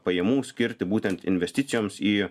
pajamų skirti būtent investicijoms į